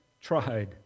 tried